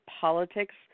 politics